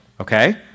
okay